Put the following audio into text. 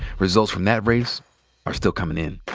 results from that race are still coming in.